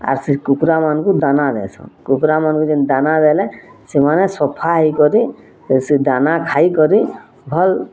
ଆର୍ ସେ କୁକୁରା ମାନକୁଁ ଦାନା ଦେସନ୍ କୁକୁରା ମାନକୁଁ ଯେନ୍ ଦାନା ଦେଲେ ସେମାନେ ସଫା ହେଇକରି ସେ ଦାନା ଖାଇକରି ଭଲ୍